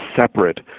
separate